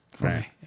Right